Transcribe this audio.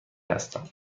هستم